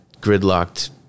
gridlocked